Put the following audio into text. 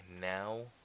now